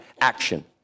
action